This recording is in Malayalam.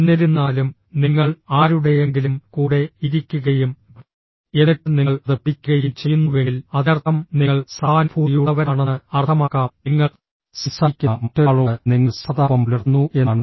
എന്നിരുന്നാലും നിങ്ങൾ ആരുടെയെങ്കിലും കൂടെ ഇരിക്കുകയും എന്നിട്ട് നിങ്ങൾ അത് പിടിക്കുകയും ചെയ്യുന്നുവെങ്കിൽ അതിനർത്ഥം നിങ്ങൾ സഹാനുഭൂതിയുള്ളവരാണെന്ന് അർത്ഥമാക്കാം നിങ്ങൾ സംസാരിക്കുന്ന മറ്റൊരാളോട് നിങ്ങൾ സഹതാപം പുലർത്തുന്നു എന്നാണ്